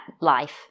life